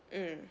mm